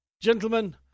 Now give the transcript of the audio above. Gentlemen